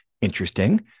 Interesting